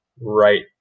right